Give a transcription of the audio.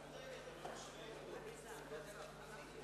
תודה.